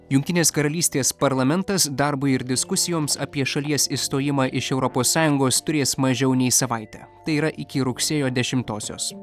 jungtinės karalystės parlamentas darbui ir diskusijoms apie šalies išstojimą iš europos sąjungos turės mažiau nei savaitę tai yra iki rugsėjo dešimtosios